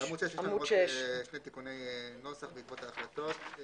בעמוד 6 יש שני תיקוני נוסח בעקבות ההחלטות.